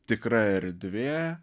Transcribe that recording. tikra erdvė